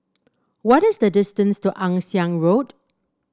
what is the distance to Ann Siang Road